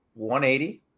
180